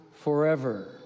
forever